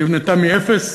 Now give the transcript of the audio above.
היא נבנתה מאפס,